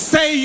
Say